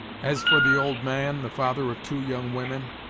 as for the old man, the father of two young women,